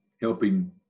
helping